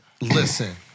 Listen